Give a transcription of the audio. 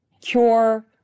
cure